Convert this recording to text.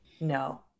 No